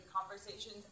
conversations